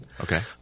Okay